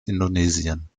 indonesien